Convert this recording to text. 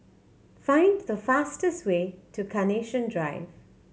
find the fastest way to Carnation Drive